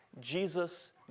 Jesus